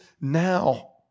now